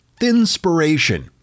Thinspiration